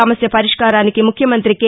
సమస్య పరిష్కారానికి ముఖ్యమంత్రి కె